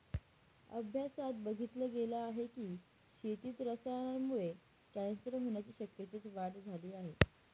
अभ्यासात बघितल गेल आहे की, शेतीत रसायनांमुळे कॅन्सर होण्याच्या शक्यतेत वाढ झाली आहे